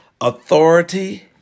authority